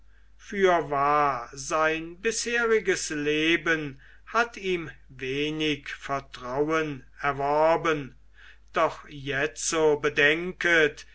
fürwahr sein bisheriges leben hat ihm wenig vertrauen erworben doch jetzo bedenket